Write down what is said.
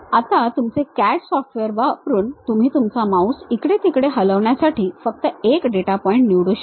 आता तुमचे CAD software वापरून तुम्ही तुमचा माऊस इकडे तिकडे हलवण्यासाठी फक्त एक डेटा पॉइंट निवडू शकता